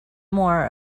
more